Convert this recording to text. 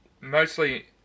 mostly